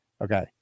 Okay